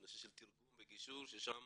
בנושא בריאות וגישור ששם